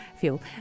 fuel